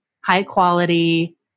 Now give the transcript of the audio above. high-quality